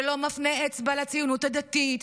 ולא מפנה אצבע לציונות הדתית,